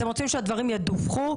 אתם רוצים שהדברים ידווחו,